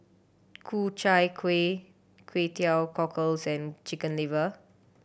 Ku Chai Kueh Kway Teow Cockles and Chicken Liver